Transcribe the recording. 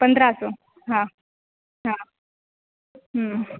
पंद्रहं सौ हा हा हम्म